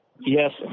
Yes